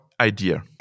idea